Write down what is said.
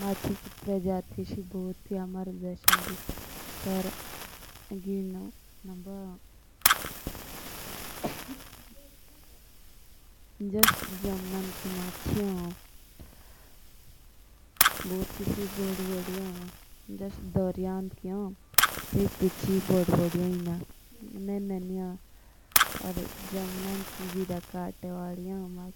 माची की परजाति बहुत होन। जो से जमनाद की नाची हो से तो बॉस बॉडी होन। या जो दरियाओंद की नाची होन से नेन नेनी होन।